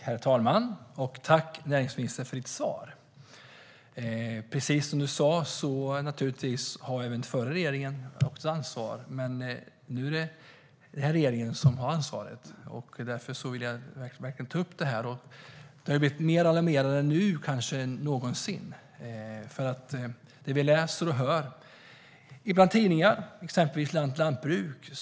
Herr talman! Tack, näringsministern, för ditt svar! Precis som du sa har naturligtvis även den förra regeringen ett ansvar. Men nu är det den här regeringen som har ansvaret. Därför vill jag verkligen ta upp det här. Det har kanske blivit mer alarmerande nu än någonsin. Vi kan läsa i tidningar, exempelvis i Land Lantbruk.